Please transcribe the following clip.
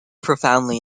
profoundly